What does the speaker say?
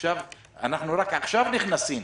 אנחנו רק עכשיו נכנסים